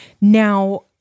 Now